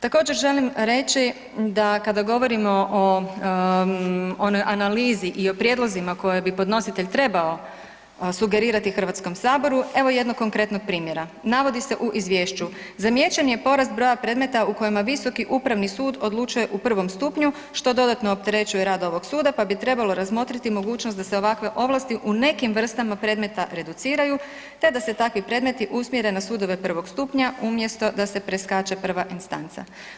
Također želim reći da kada govorimo o onoj analizi i prijedlozima koje bi podnositelj trebao sugerirati HS, evo jednog konkretnog primjera, navodi se u izvješću: „Zamijećen je porast broja predmeta u kojima visoki upravni sud odlučuje u prvom stupnju što dodatno opterećuje rad ovog suda, pa bi trebalo razmotriti mogućnost da se ovakve ovlasti u nekim vrstama predmeta reduciraju, te da se takvi predmeti usmjere na sudove prvog stupnja umjesto da se preskače prva instanca“